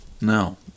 No